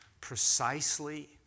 precisely